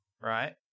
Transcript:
right